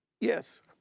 yes